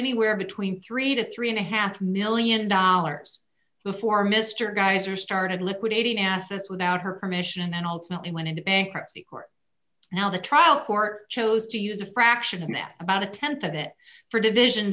anywhere between three to three and a half one million dollars before mr geyser started liquidating assets without her permission and ultimately went into bankruptcy now the trial court chose to use a fraction of that about a th of it for division